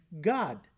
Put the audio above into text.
God